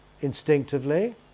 instinctively